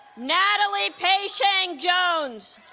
natalie pei shang jones